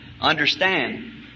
understand